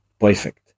Perfect